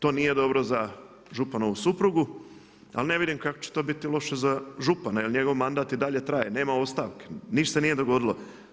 To nije dobro za županovu suprugu, ali ne vidim kako će to biti loše za župana jel njegov mandat i dalje traje, nema ostavke, ništa se nije dogodilo.